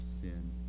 sin